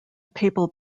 papal